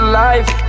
life